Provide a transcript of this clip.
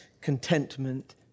contentment